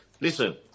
Listen